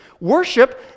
Worship